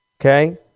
Okay